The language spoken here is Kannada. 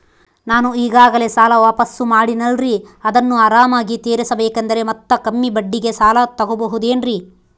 ನಾನು ಈಗಾಗಲೇ ಸಾಲ ವಾಪಾಸ್ಸು ಮಾಡಿನಲ್ರಿ ಅದನ್ನು ಆರಾಮಾಗಿ ತೇರಿಸಬೇಕಂದರೆ ಮತ್ತ ಕಮ್ಮಿ ಬಡ್ಡಿಗೆ ಸಾಲ ತಗೋಬಹುದೇನ್ರಿ?